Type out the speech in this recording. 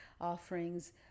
offerings